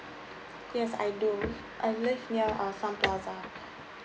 yes I do I live near uh sun plaza